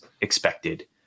expected